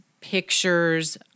pictures